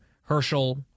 Herschel